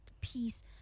peace